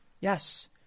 Yes